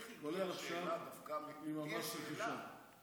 כולל עכשיו עם מס רכישה.